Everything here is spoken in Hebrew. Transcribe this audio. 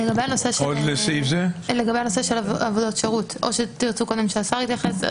לגבי הנושא של עבודות שירות או שתרצו קודם שהשר יתייחס?